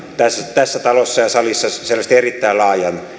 tässä talossa ja salissa selvästi erittäin laajan